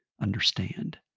understand